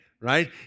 right